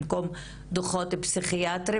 במקום דוחות פסיכיאטריים,